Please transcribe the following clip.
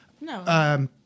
no